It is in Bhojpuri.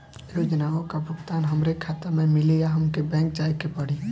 योजनाओ का भुगतान हमरे खाता में मिली या हमके बैंक जाये के पड़ी?